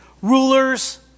Rulers